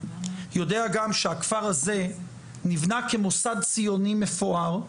יודע גם שהכפר הזה נבנה כמוסד ציוני מפואר,